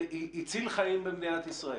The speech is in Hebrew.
זה הציל חיים במדינת ישראל.